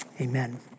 amen